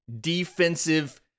defensive